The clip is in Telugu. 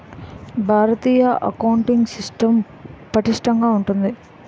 భారతీయ అకౌంటింగ్ సిస్టం పటిష్టంగా ఉంటుంది